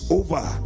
over